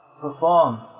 perform